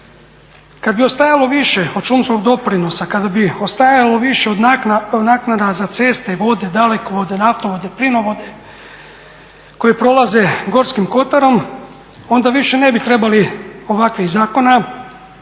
Kad bi ostajalo više od šumskog doprinosa, kada bi ostajalo više od naknada za ceste i vode, dalekovode, naftovode, plinovode koji prolaze Gorskim kotarom onda više ne bi trebali ovakvih zakona,